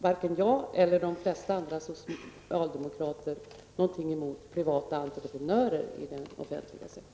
Varken jag eller de flesta andra socialdemokrater har något emot privata entreprenörer i den offentliga sektorn.